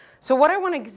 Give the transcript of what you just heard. so, what i want to ex,